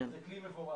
זה כלי מבורך.